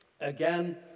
Again